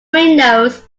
windows